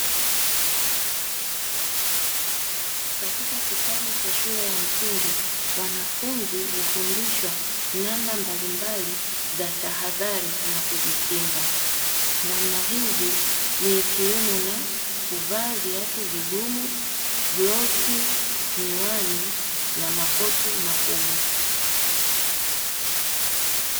Katika kitabu cha shule ya msingi, wanafunzi hufundishwa namna mbalimbali za tahadhari na kujikinga; namna hizi ni ikiwemo na: kuvaa viatu vigumu, glavu, miwani na makoti makubwa.